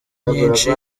nyinshi